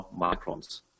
microns